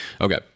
Okay